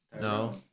No